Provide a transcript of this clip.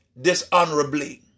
dishonorably